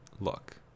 look